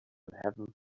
heaven